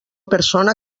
persona